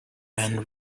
end